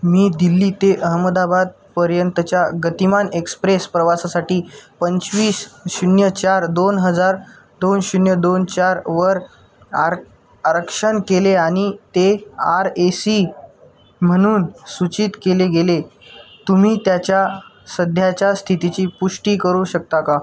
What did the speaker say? मी दिल्ली ते अहमदाबादपर्यंतच्या गतिमान एक्सप्रेस प्रवासासाठी पंचवीस शून्य चार दोन हजार दोन शून्य दोन चार वर आर आरक्षण केले आणि ते आर ए सी म्हणून सूचित केले गेले तुम्ही त्याच्या सध्याच्या स्थितीची पुष्टी करू शकता का